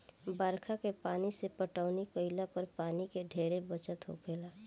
बरखा के पानी से पटौनी केइला पर पानी के ढेरे बचत होखेला